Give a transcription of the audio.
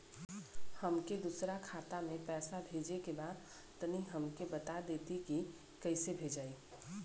हमके दूसरा खाता में पैसा भेजे के बा तनि हमके बता देती की कइसे भेजाई?